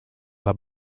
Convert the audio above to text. alla